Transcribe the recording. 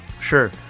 Sure